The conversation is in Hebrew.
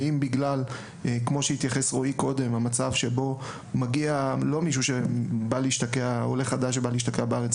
או אם בגלל מצב שבו לא מגיע עולה חדש שבא להשתקע בארץ,